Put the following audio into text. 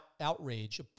outrage